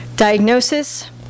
Diagnosis